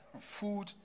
food